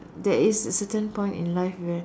there is a certain point in life where